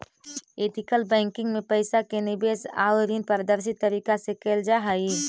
ethical banking में पइसा के निवेश आउ ऋण पारदर्शी तरीका से कैल जा हइ